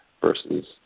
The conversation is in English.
versus